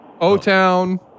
O-Town